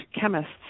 chemists